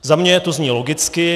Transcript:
Za mě to zní logicky.